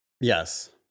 Yes